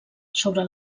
sobre